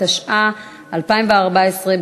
התשע"ה 2014,